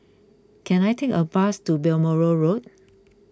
can I take a bus to Balmoral Road